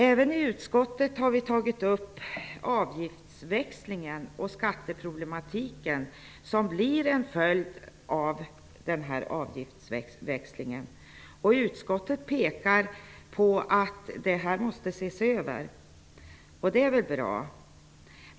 Även i utskottet har vi tagit upp avgiftsväxlingen och skatteproblematiken som blir en följd av den. Utskottet pekar på att saken måste ses över. Det är väl bra.